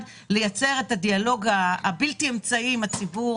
לייצר את הדיאלוג הבלתי אמצעי עם הציבור,